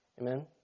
Amen